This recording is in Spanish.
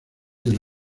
del